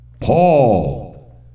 Paul